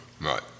Right